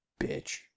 Bitch